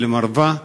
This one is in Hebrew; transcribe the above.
למרווה,